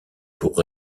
pour